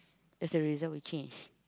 there's a reason we change